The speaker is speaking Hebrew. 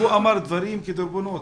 והוא אמר דברים כדורבנות.